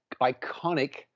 iconic